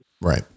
Right